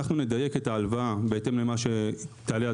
אנחנו נדייק את ההלוואה בהתאם למה שתעלה הדרישה,